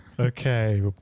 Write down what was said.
Okay